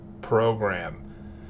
Program